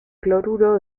cloruro